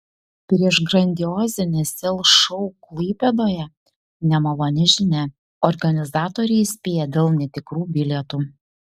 prieš grandiozinį sel šou klaipėdoje nemaloni žinia organizatoriai įspėja dėl netikrų bilietų